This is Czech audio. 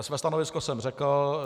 Své stanovisko jsem řekl.